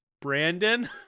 Brandon